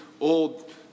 old